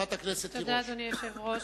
תודה, אדוני היושב-ראש.